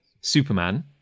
Superman